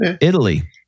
Italy